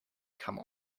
come